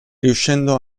riuscendo